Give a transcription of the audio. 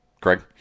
Craig